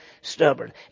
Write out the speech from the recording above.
stubborn